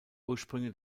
ursprünge